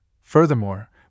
Furthermore